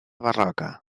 barroca